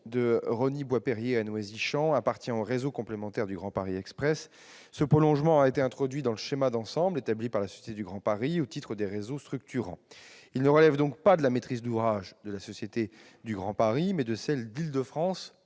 de Rosny-Bois-Perrier à Noisy Champs appartient au réseau complémentaire du Grand Paris Express. Il a été introduit dans le schéma d'ensemble établi par la Société du Grand Paris au titre des réseaux structurants. Il relève donc non pas de la maîtrise d'ouvrage de la Société du Grand Paris, mais de celle d'Île-de-France